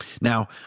Now